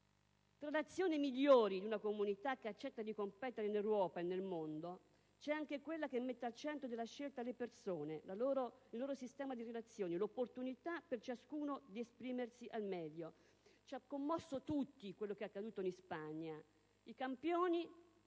Fra le azioni migliori in una comunità che accetta di competere in Europa e nel mondo c'è anche quella che mette al centro della scelta le persone, il loro sistema di relazioni, l'opportunità per ciascuno di esprimersi al meglio. Ha commosso tutti quello che è successo in Spagna: i campioni hanno